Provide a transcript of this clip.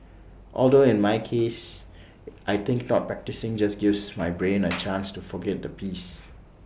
although in my case I think not practising just gives my brain A chance to forget the piece